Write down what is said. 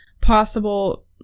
possible